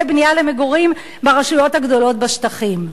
בנייה למגורים ברשויות הגדולות בשטחים,